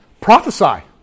Prophesy